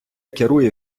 керує